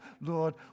Lord